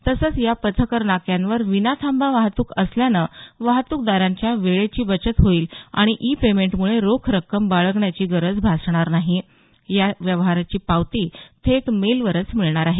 तसंच या पथकर नाक्यांवर विनाथांबा वाहतूक असल्यानं वाहतुकदारांच्या वेळेची बचत होईल आणि ई पेमेंटमुळे रोख रक्कम बाळगण्याची गरज भासणार नाही या व्यवहाराची पावती थेट मेलवरच मिळणार आहे